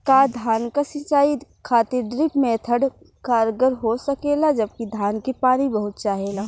का धान क सिंचाई खातिर ड्रिप मेथड कारगर हो सकेला जबकि धान के पानी बहुत चाहेला?